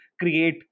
create